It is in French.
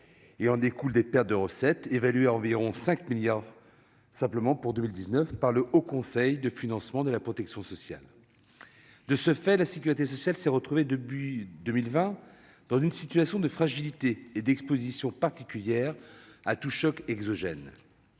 Il en découle des pertes de recettes évaluées à environ 5 milliards d'euros pour 2019 par le Haut Conseil du financement de la protection sociale. De ce fait, la sécurité sociale s'est trouvée, début 2020, en situation de fragilité et exposée de manière inédite à tout choc exogène.